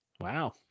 Wow